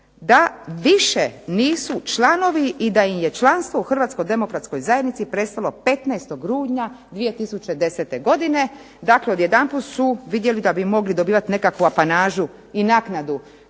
da više nisu članovi i da im je članstvo u Hrvatskoj demokratskoj zajednici prestalo 15. rujna 2010. godine, dakle odjedanput su vidjeli da bi mogli dobivati apanažu i naknadu